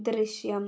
ദൃശ്യം